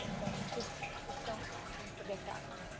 so just just don't forget that one,